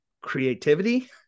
creativity